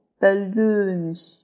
balloons